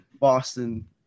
Boston